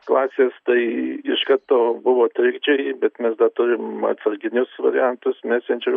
klasės tai iš karto buvo trikdžiai bet mes dar turim atsarginius variantus messenger